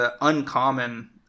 uncommon